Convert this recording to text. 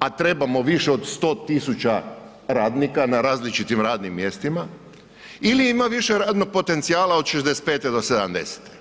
a trebamo više pod 100 000 radnika na različitim radnim mjestima ili ima više radnog potencijala od 65-te do 70-te?